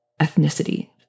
ethnicity